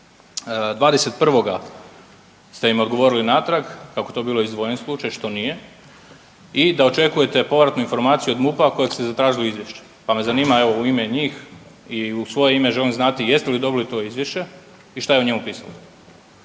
21. ste im odgovorili natrag kako je to bio izdvojen slučaj, što nije i da očekujete povratnu informaciju od MUP-a kojeg ste zatražili izvješće, pa me zanima evo, u ime njih i u svoje ime, želim znati jeste li dobili to izvješće i što je u njemu pisalo?